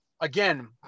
again